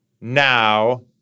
now